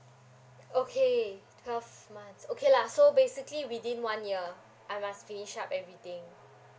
okay twelve months okay lah so basically within one year I must finish up everything